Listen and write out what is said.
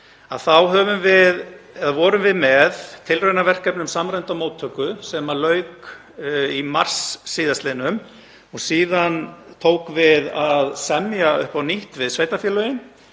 vorum við með tilraunaverkefni um samræmda móttöku sem lauk í mars síðastliðnum. Síðan tókum við að semja upp á nýtt við sveitarfélögin